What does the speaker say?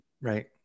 Right